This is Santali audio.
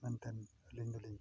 ᱢᱮᱱᱛᱮᱫ ᱟᱹᱞᱤᱧ ᱫᱚᱞᱤᱧ